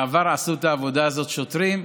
בעבר עשו את העבודה הזאת שוטרים.